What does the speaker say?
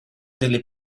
delle